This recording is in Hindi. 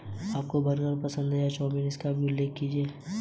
गन्ने के सूख जाने का क्या कारण है?